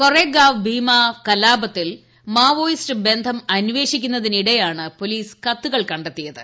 കൊറെഗാവ് ഭീമ കലാപത്തിൽ മാവോയിസ്റ്റ് ബന്ധം അന്വേഷിക്കുന്നതിടെയാണ് പോലീസ് കത്തുകൾ കണ്ടെത്തിയത്